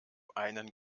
einen